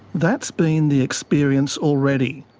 that's been the experience already.